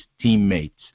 teammates